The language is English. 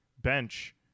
bench